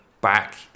back